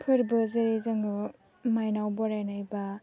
फोर्बो जेरै जों न'आव मायनाव बरायनाय बा